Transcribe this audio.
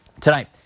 Tonight